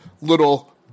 little